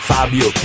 Fabio